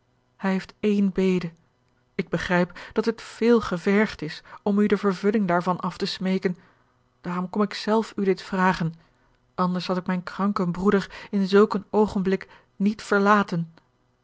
hij heeft eene bede ik begrijp dat het veel gevergd is om u de vervulling daarvan af te smeeken daarom kom ik zelf u dit vragen anders had ik mijn kranken broeder in zulk een oogenblik niet verlaten